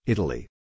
Italy